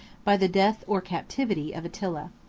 by the death or captivity of attila.